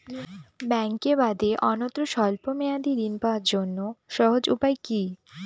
ব্যাঙ্কে বাদে অন্যত্র স্বল্প মেয়াদি ঋণ পাওয়ার জন্য সহজ উপায় কি?